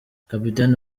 kapiteni